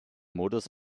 modus